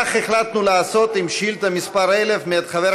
כך החלטנו לעשות עם שאילתה מס' 1000 מאת חבר